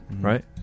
Right